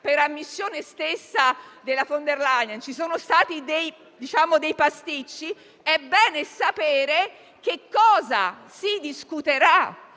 per ammissione stessa della von der Leyen, purtroppo ci sono stati dei pasticci, è bene sapere di cosa si discuterà